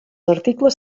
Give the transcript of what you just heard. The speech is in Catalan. articles